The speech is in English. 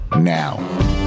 now